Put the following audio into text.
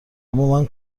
امامن